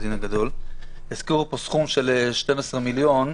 הזכירו פה סכום של 12 מיליון.